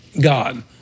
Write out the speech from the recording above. God